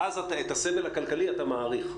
ואז את הסבל הכלכלי אתה מאריך.